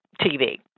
TV